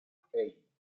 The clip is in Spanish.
hey